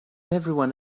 everyone